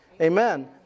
Amen